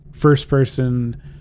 first-person